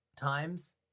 times